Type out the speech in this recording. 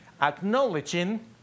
acknowledging